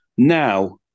Now